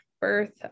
birth